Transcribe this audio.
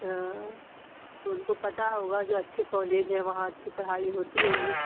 اچھا تو ان کو پتہ ہوگا جو اچھے کالج ہیں وہاں اچھی پڑھائی ہوتی ہوگی